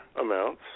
amounts